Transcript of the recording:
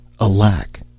Alack